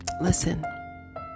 listen